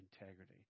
integrity